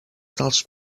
dels